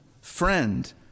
Friend